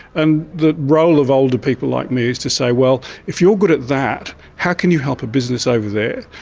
and the role of older people like me is to say, well, if you're good at that, how can you help a business over there?